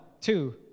two